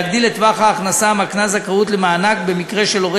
ולהגדיל את טווח ההכנסה המקנה זכאות למענק במקרה של הורה